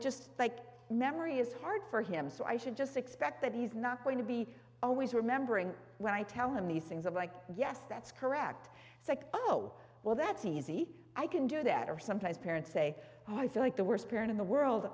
just like memory is hard for him so i should just expect that he's not going to be always remembering when i tell him these things of like yes that's correct it's like oh well that's easy i can do that or sometimes parents say oh i feel like the worst period in the world